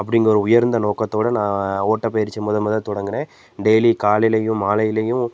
அப்படிங்குற உயர்ந்த நோக்கத்தோட நான் ஓட்ட பயிற்சியை முத முத தொடங்குனேன் டெய்லி காலைலேயும் மாலைலேயும்